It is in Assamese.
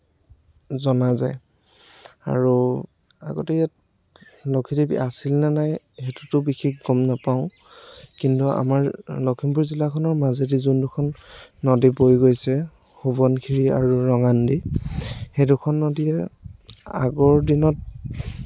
জনা যায় আৰু আগতে ইয়াত লক্ষীদেৱী আছিল নে নাই সেইটোতো বিশেষ গম নাপাওঁ কিন্তু আমাৰ লক্ষীমপুৰ জিলাখনৰ মাজেদি যোনখন নদী বৈ গৈছে সোৱনসিৰি আৰু ৰঙানদী সেই দুখন নদীয়ে আগৰ দিনত